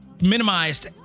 minimized